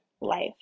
life